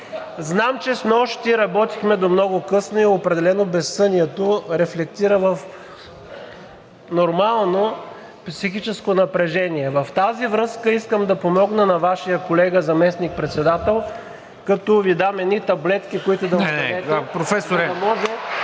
знам, че снощи работихме до много късно и определено безсънието рефлектира в нормално психическо напрежение. В тази връзка искам да помогна на Вашия колега заместник-председател, като Ви дам едни таблетки, които да му дадете… (Народният